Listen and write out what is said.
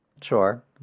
sure